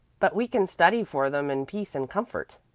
but we can study for them in peace and comfort,